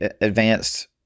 advanced